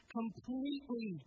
completely